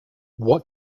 what